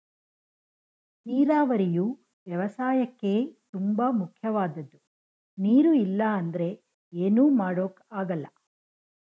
ನೀರಾವರಿಯು ವ್ಯವಸಾಯಕ್ಕೇ ತುಂಬ ಮುಖ್ಯವಾದದ್ದು ನೀರು ಇಲ್ಲ ಅಂದ್ರೆ ಏನು ಮಾಡೋಕ್ ಆಗಲ್ಲ